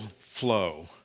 flow